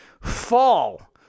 fall